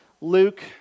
Luke